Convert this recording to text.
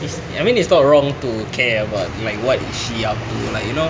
is I mean it's not wrong to care about like what is she up to you know